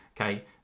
okay